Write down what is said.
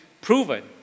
proven